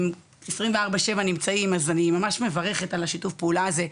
הם 24/7 נמצאים אז אני ממש מברכת על השיתוף פעולה הזה,